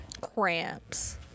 Cramps